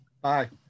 bye